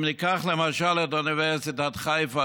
אם ניקח למשל את אוניברסיטת חיפה,